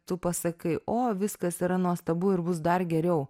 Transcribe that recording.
tu pasakai o viskas yra nuostabu ir bus dar geriau